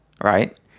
right